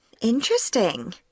Interesting